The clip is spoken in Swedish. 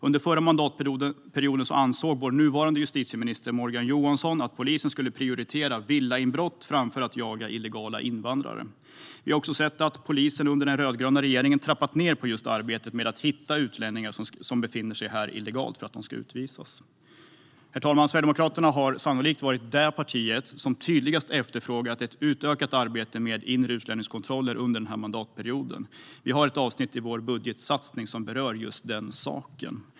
Under förra mandatperioden ansåg vår nuvarande justitieminister Morgan Johansson att polisen skulle prioritera villainbrott framför att jaga illegala invandrare Vi har också sett att polisen under den rödgröna regeringen trappat ned på just arbetet med att hitta utlänningar som ska utvisas men som befinner sig här illegalt. Herr talman! Sverigedemokraterna har sannolikt varit det parti som under den här mandatperioden tydligast efterfrågat ett utökat arbete med inre utlänningskontroller. Vi har ett avsnitt i vår budgetsatsning som berör just den saken.